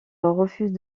refuse